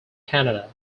canada